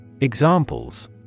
Examples